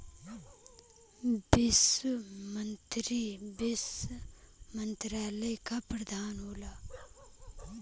वित्त मंत्री वित्त मंत्रालय क प्रधान होला